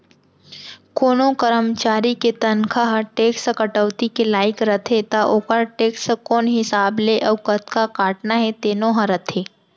कोनों करमचारी के तनखा ह टेक्स कटौती के लाइक रथे त ओकर टेक्स कोन हिसाब ले अउ कतका काटना हे तेनो ह रथे